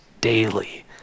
daily